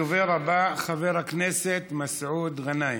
הדובר הבא, חבר הכנסת מסעוד גנאים.